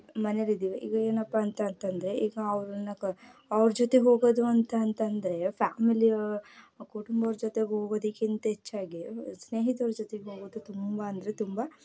ಮನೆಲಿದ್ದೀವಿ ಈಗ ಏನಪ್ಪ ಅಂತ ಅಂತಂದರೆ ಈಗ ಅವರನ್ನ ಕರ್ಕೊ ಅವ್ರ ಜೊತೆಗೆ ಹೋಗೋದು ಅಂತ ಅಂತಂದರೆ ಫ್ಯಾಮಿಲಿ ಕುಟುಂಬದವ್ರ ಜೊತೆ ಹೋಗೋದಕ್ಕಿಂತ ಹೆಚ್ಚಾಗಿ ಸ್ನೇಹಿತ್ರ ಜೊತೆಗೆ ಹೋಗೋದು ತುಂಬ ಅಂದರೆ ತುಂಬ